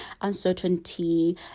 uncertainty